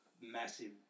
massive